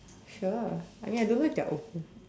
sure I mean I don't know if they are open